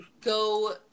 go